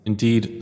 Indeed